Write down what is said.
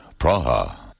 Praha